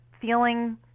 feeling